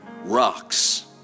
rocks